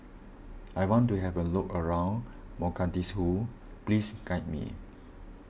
I want to have a look around Mogadishu please guide me